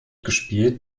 gespielt